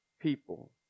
people